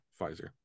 pfizer